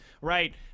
right